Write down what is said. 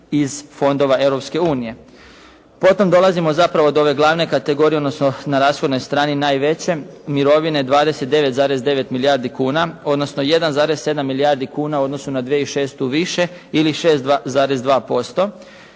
unije. Potom dolazimo zapravo do ove glavne kategorije odnosno na rashodnoj strani najveće mirovine 29,9 milijardi kuna odnosno 1,7 milijardi kuna u odnosu na 2006. više ili 6,2%.